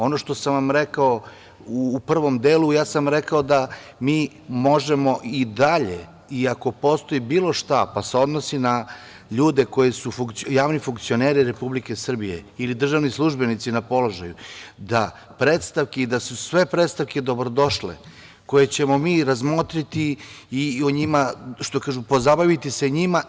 Ono što sam vam rekao u prvom delu, ja sam rekao da mi možemo i dalje, i ako postoji bilo šta pa se odnosi na ljude koji su javni funkcioneri Republike Srbije ili državni službenici na položaju, da su sve predstavke dobrodošle, koje ćemo mi razmotriti i pozabaviti se njima.